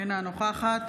אינה נוכחת